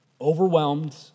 overwhelmed